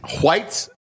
White